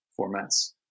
formats